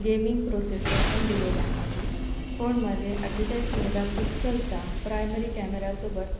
gaming processor पण दिलेला आहे फोनमध्ये अठ्ठेचाळीस मेगापिक्सलचा प्रायमरी कॅमेरासोबत